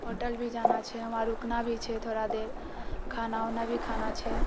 hotel भी जाना छै वहाँ रुकना भी छै थोड़ा देर खाना वाना भी खाना छै